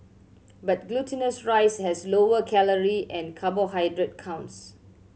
but glutinous rice has lower calorie and carbohydrate counts